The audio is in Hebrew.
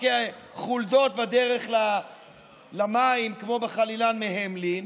או כחולדות בדרך למים, כמו בחלילן מהמלין,